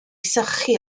sychu